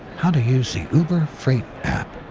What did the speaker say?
how to use the uber freight app.